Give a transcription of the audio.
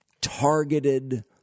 targeted